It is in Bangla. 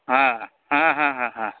হ্যাঁ হ্যাঁ হ্যাঁ হ্যাঁ হ্যাঁ